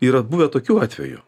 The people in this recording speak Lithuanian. yra buvę ir tokių atvejų